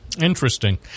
interesting